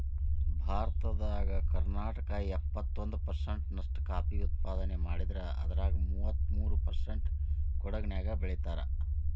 ಭಾರತದಾಗ ಕರ್ನಾಟಕ ಎಪ್ಪತ್ತೊಂದ್ ಪರ್ಸೆಂಟ್ ನಷ್ಟ ಕಾಫಿ ಉತ್ಪಾದನೆ ಮಾಡಿದ್ರ ಅದ್ರಾಗ ಮೂವತ್ಮೂರು ಪರ್ಸೆಂಟ್ ಕೊಡಗಿನ್ಯಾಗ್ ಬೆಳೇತಾರ